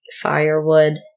firewood